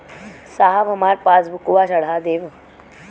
साहब हमार पासबुकवा चढ़ा देब?